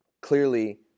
clearly